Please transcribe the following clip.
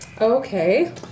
Okay